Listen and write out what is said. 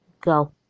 go